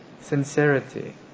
sincerity